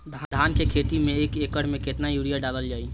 धान के खेती में एक एकड़ में केतना यूरिया डालल जाई?